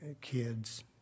kids